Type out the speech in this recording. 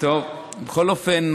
בכל אופן,